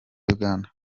uganda